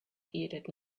bearded